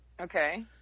Okay